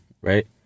right